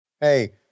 Hey